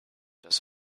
does